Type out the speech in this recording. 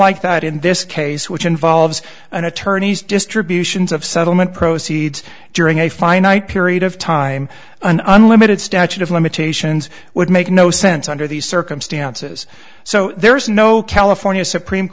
like that in this case which involves an attorney's distributions of settlement proceeds during a finite period of time an unlimited statute of limitations would make no sense under these circumstances so there is no california supreme